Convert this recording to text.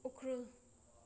Ukhrul